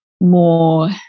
more